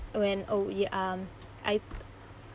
when oh we um I